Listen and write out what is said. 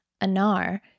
Anar